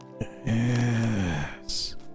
Yes